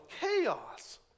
chaos